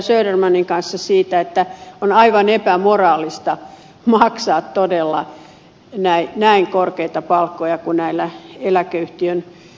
södermanin kanssa siitä että on aivan epämoraalista maksaa todella näin korkeita palkkoja kuin näillä eläkeyhtiön johtajilla on